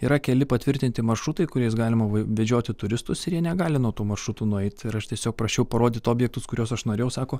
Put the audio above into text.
yra keli patvirtinti maršrutai kuriais galima vedžioti turistus ir jie negali nuo tų maršrutų nueit ir aš tiesiog prašiau parodyt objektus kuriuos aš norėjau sako